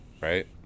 Right